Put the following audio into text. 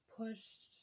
pushed